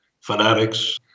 fanatics